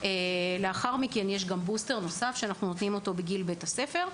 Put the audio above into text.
לאחר מכן יש גם בוסטר נוסף שניתן בגיל בית הספר.